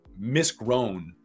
misgrown